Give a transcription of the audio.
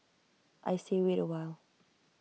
I say wait A while